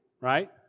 right